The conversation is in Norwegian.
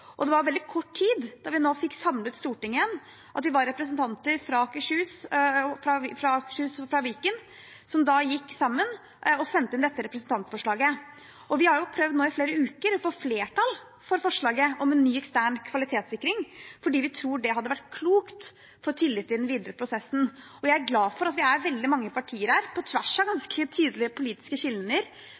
Det var veldig kort tid etter at man fikk samlet Stortinget igjen at vi var noen representanter fra Akershus, fra Viken, som gikk sammen og sendte inn dette representantforslaget. Vi har nå i flere uker prøvd å få flertall for forslaget om en ny ekstern kvalitetssikring, fordi vi tror det hadde vært klokt for tilliten i den videre prosessen. Jeg er glad for at veldig mange partier her, på tvers av ganske tydelige politiske